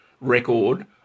record